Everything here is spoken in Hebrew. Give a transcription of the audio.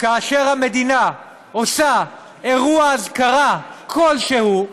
כאשר המדינה עושה אירוע אזכרה כלשהו,